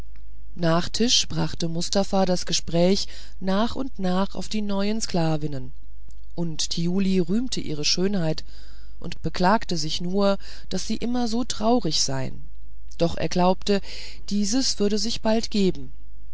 nach tisch brachte mustafa das gespräch nach und nach auf die neuen sklavinnen und thiuli rühmte ihre schönheit und beklagte nur daß sie immer so traurig seien doch er glaubte dieses würde sich bald geben